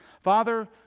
Father